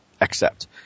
accept